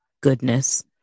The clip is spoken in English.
goodness